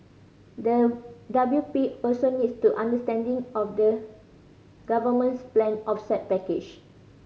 the W P also needs to understanding of the government's planned offset package